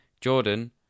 Jordan